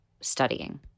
studying